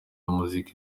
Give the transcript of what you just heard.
muzik